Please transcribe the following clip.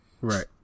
Right